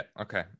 okay